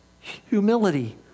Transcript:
humility